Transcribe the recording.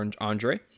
Andre